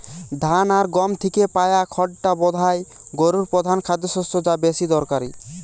ধান আর গম থিকে পায়া খড়টা বোধায় গোরুর পোধান খাদ্যশস্য যা বেশি দরকারি